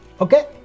Okay